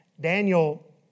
Daniel